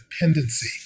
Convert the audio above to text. dependency